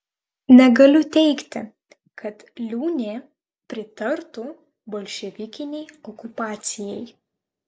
negaliu teigti kad liūnė pritartų bolševikinei okupacijai